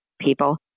people